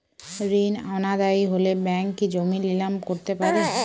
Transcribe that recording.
ঋণ অনাদায়ি হলে ব্যাঙ্ক কি জমি নিলাম করতে পারে?